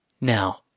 Now